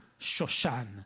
Shoshan